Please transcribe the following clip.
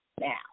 now